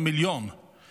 יותר מ-8 מיליון טונות אוכל.